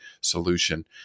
solution